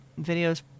videos